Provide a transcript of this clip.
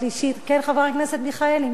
כן, חבר הכנסת מיכאלי, מה קרה?